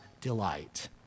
delight